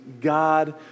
God